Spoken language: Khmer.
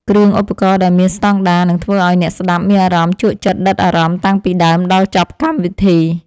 គ្រឿងឧបករណ៍ដែលមានស្តង់ដារនឹងធ្វើឱ្យអ្នកស្ដាប់មានអារម្មណ៍ជក់ចិត្តដិតអារម្មណ៍តាំងពីដើមដល់ចប់កម្មវិធី។